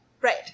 Right